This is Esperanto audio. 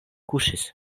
kuŝis